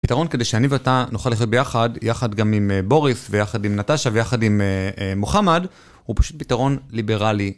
פיתרון, כדי שאני ואתה נוכל לחיות ביחד, יחד גם עם בוריס, ויחד עם נטשה, ויחד עם מוחמד, הוא פשוט פיתרון ליברלי.